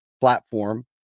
platform